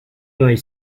иной